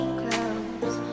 close